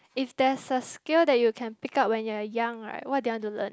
if there's a skill that you can pick up when you're young right what did you want to learn